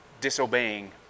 disobeying